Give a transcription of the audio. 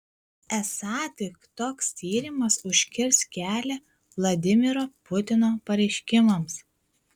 esą tik toks tyrimas užkirs kelią vladimiro putino pareiškimams